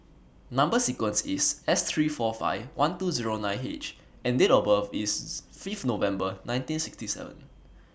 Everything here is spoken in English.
Number sequence IS S three four five one two Zero nine H and Date of birth IS Fifth November nineteen sixty seven